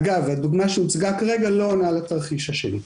אגב, הדוגמה שהוצגה כרגע לא עונה לתרחיש השני.